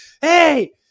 hey